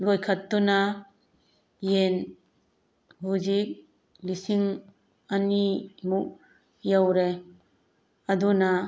ꯂꯣꯏꯈꯠꯇꯨꯅ ꯌꯦꯟ ꯍꯧꯖꯤꯛ ꯂꯤꯁꯤꯡ ꯑꯅꯤ ꯃꯨꯛ ꯌꯧꯔꯦ ꯑꯗꯨꯅ